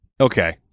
okay